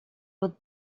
with